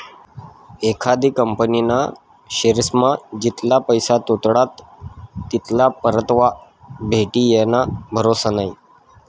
एखादी कंपनीना शेअरमा जितला पैसा गुताडात तितला परतावा भेटी याना भरोसा नै